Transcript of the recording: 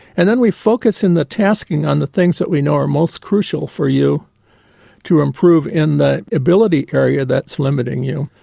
and then we focus in the tasking on the things that we know are most crucial for you to improve in the ability area that's limiting you.